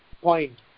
point